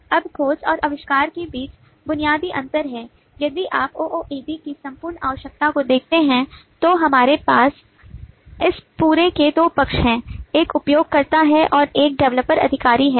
अब खोज और आविष्कार के बीच बुनियादी अंतर है यदि आप OOAD की संपूर्ण आवश्यकता को देखते हैं तो हमारे पास इस पूरे के दो पक्ष हैं एक उपयोगकर्ता है और एक डेवलपर अधिकार है